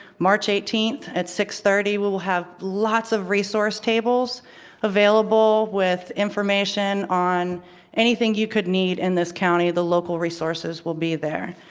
march eighteenth, at six thirty. we will have lots of resource tables available with information on anything you could need in this county. the local resources will be there.